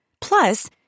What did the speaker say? Plus